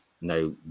now